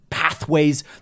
pathways